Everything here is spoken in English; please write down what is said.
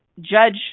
judge